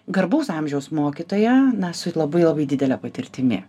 garbaus amžiaus mokytoja na su labai labai didele patirtimi